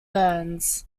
burns